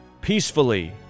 peacefully